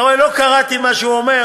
אתה רואה, לא קראתי מה שהוא אומר,